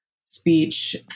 speech